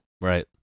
Right